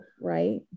right